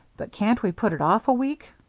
but can't we put it off a week?